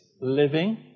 living